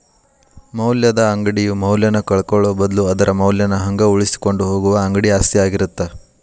ಮೌಲ್ಯದ ಅಂಗಡಿಯು ಮೌಲ್ಯನ ಕಳ್ಕೊಳ್ಳೋ ಬದ್ಲು ಅದರ ಮೌಲ್ಯನ ಹಂಗ ಉಳಿಸಿಕೊಂಡ ಹೋಗುದ ಅಂಗಡಿ ಆಸ್ತಿ ಆಗಿರತ್ತ